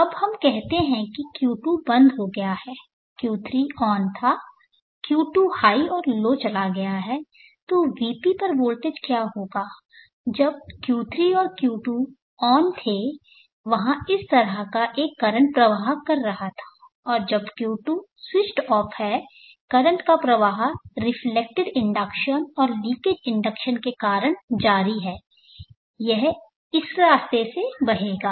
अब हम कहते हैं कि Q2 बंद हो गया है Q3 ऑन था Q2 हाई और लो चला गया है Vp पर वोल्टेज का क्या होगा जब Q3 और Q2 ऑन थे वहां इस तरह से एक करंट प्रवाह कर रहा था और जब Q2 स्विच्ड ऑफ है करंट का प्रवाह रिफ्लेक्टेड इंडक्शन और लीकेज इंडक्शन के कारण जारी है यह इसी रास्ते से बहेगा